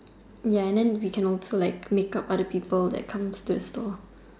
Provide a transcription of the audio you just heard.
ya and then we can also like makeup other people that comes to the store